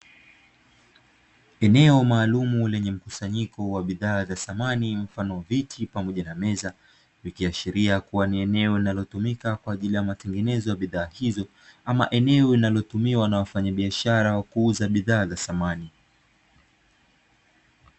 Eneo maalumu lenye mkusanyiko wa bidhaa za samani, mfano viti pamoja na meza, likiashiria kuwa ni eneo linalotumika kwa ajili ya matengenezo ya bidhaa hizo, ama eneo linalotumiwa na wafanyabiashara wa kuuza bidhaa za samani.